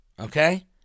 Okay